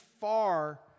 far